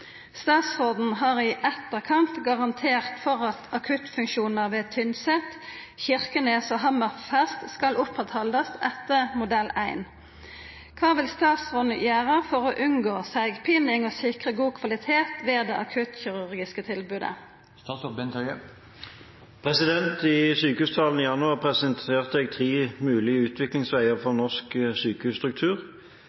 Statsråden har i etterkant garantert for at akuttfunksjonar ved Tynset, Kirkenes og Hammerfest skal oppretthaldast etter modell 1. Kva vil statsråden gjera for å unngå seigpining og sikra god kvalitet ved det akuttkirurgiske tilbodet?» I sykehustalen i januar presenterte jeg tre mulige utviklingsveier for norsk sykehusstruktur: